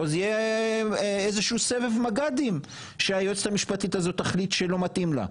או זה יהיה איזשהו סבב מג"דים שהיועצת המשפטית הזאת תחליט שלא מתאים לה.